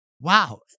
Wow